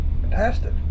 fantastic